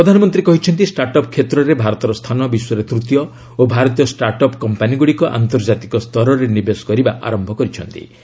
ପ୍ରଧାନମନ୍ତ୍ରୀ କହିଛନ୍ତି start up କ୍ଷେତ୍ରରେ ଭାରତର ସ୍ଥାନ ବିଶ୍ୱରେ ତୂତୀୟ ଓ ଭାରତୀୟ ଷ୍ଟାର୍ଟ ଅପ୍ କମ୍ପାନୀଗୁଡ଼ିକ ଆନ୍ତର୍ଜାତିକ ସ୍ତରରେ ନିବେଶ କରିବା ଆରମ୍ଭ କଲେଣି